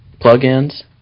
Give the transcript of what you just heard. plugins